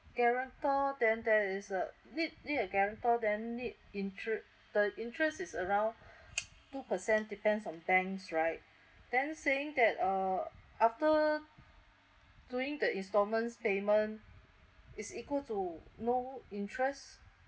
guarantor then there is a need need a guarantor then need intere~ the interest is around two percent depends on banks right then saying that uh after during the installments payment is equal to no interest